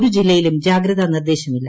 ഒരു ജില്ലയിലും ജാഗ്രതാ നിർദ്ദേശമില്ല